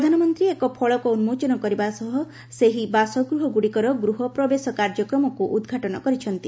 ପ୍ରଧାନମନ୍ତ୍ରୀ ଏକ ଫଳକ ଉନ୍ଦୋଚନ କରିବା ସହ ସେହି ବାସଗୃହଗ୍ରଡ଼ିକର ଗୃହ ପ୍ରବେଶ କାର୍ଯ୍ୟକ୍ରମକୁ ଉଦ୍ଘାଟନ କରିଛନ୍ତି